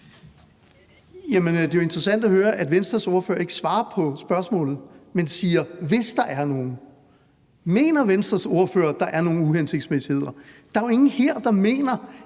det er jo interessant at høre, at Venstres ordfører ikke svarer på spørgsmålet, men siger, »hvis der er nogen«. Mener Venstres ordfører, at der er nogen uhensigtsmæssigheder? Der er jo ingen her, der mener,